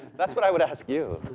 that's what i would ask you